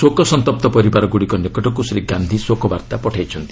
ଶୋକସନ୍ତପ୍ତ ପରିବାରଗ୍ରଡ଼ିକ ନିକଟକୁ ଶ୍ରୀ ଗାନ୍ଧି ଶୋକବାର୍ତ୍ତା ପଠାଇଛନ୍ତି